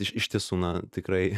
iš tiesų na tikrai